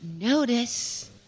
Notice